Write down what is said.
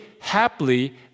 happily